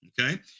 Okay